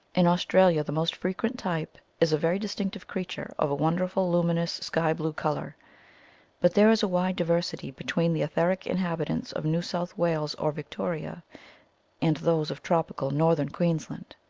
in australia the most frequent type is a very distinctive creature of a wonderful luminous sky-blue colour but there is a wide diversity between the etheric inhabitants of new south wales or victoria and those of tropical northern queensland.